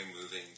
moving